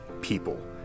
people